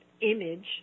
image